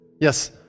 Yes